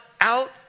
out